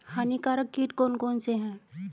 हानिकारक कीट कौन कौन से हैं?